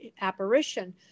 apparition